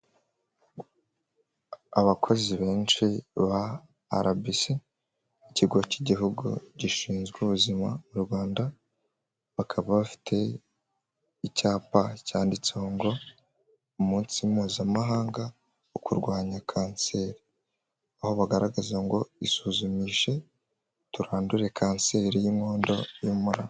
Abakozi benshi ba RBC (Ikigo cy'Igihugu gishinzwe Ubuzima mu Rwanda), bakaba bafite icyapa cyanditseho ngo: umunsi mpuzamahanga wo kurwanya kanseri, aho bagaragaza ngo isuzumishe turandure kanseri y'inkondo y'umura.